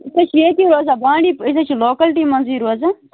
بہٕ چھُس ییٚتی روزان بانٛڈی أسۍ حظ چھِ لوکلٹی منٛزے روزان